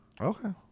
Okay